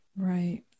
Right